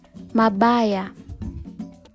mabaya